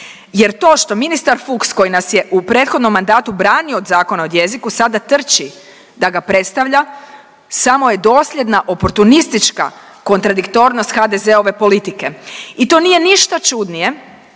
Jer to što ministar Fuchs koji nas je u prethodnom mandatu branio od Zakona o jeziku, sada trči da ga predstavlja samo je dosljedna oportunistička kontradiktornost HDZ-ove politike. I to nije ništa čudnije